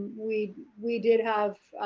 we we did have